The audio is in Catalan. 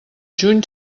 juny